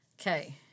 Okay